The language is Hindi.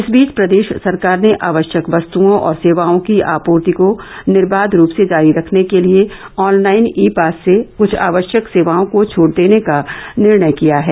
इस बीच प्रदेश सरकार ने आवश्यक वस्त्ओं और सेवाओं की आपूर्ति को निर्बाध रूप से जारी रखने के लिये ऑनलाइन ई पास से क्छ आवश्यक सेवाओं को छूट देने का निर्णय किया है